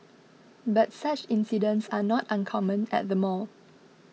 but such incidents are not uncommon at the mall